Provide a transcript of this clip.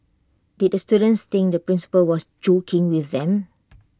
did the students think the principal was joking with them